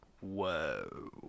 Whoa